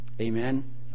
Amen